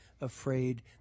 afraid